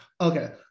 Okay